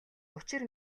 учир